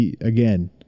Again